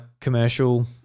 commercial